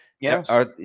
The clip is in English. Yes